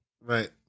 Right